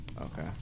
okay